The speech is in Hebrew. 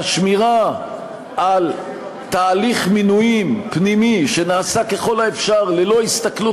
והשמירה על תהליך מינויים פנימי שנעשה ככל האפשר ללא הסתכלות